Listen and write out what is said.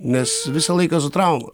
nes visą laiką su trauma